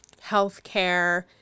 healthcare